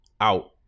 out